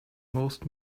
most